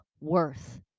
worth